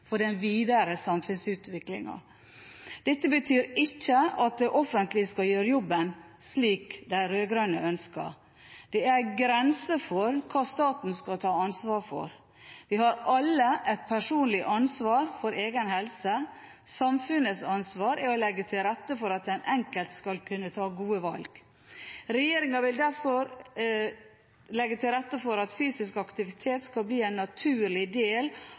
for den videre samfunnsutviklingen. Dette betyr ikke at det offentlige skal gjøre jobben, slik de rød-grønne ønsker. Det er grenser for hva staten skal ta ansvar for. Vi har alle et personlig ansvar for egen helse. Samfunnets ansvar er å legge til rette for at den enkelte skal kunne ta gode valg. Regjeringen vil derfor legge til rette for at fysisk aktivitet skal bli en naturlig del